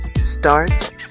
starts